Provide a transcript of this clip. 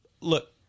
look